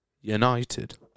united